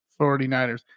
49ers